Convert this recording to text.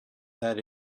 that